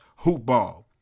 hoopball